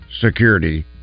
security